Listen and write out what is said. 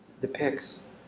depicts